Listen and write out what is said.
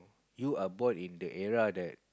you are born in the era that